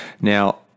Now